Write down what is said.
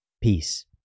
Peace